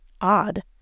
odd